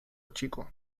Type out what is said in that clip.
chico